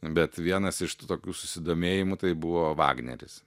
bet vienas iš tų tokių susidomėjimų tai buvo vagneris